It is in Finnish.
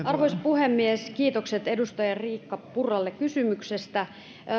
arvoisa puhemies kiitokset edustaja riikka purralle kysymyksestä